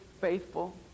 faithful